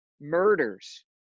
murders